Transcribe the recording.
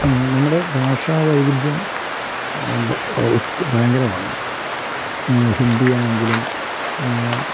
നമ്മുടെ ഭാഷാ വൈവിധ്യം ഒത്തിരി ഭയങ്കരമാണ് ഹിന്ദിയാണെങ്കിലും